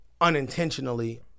unintentionally